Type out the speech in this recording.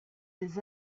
des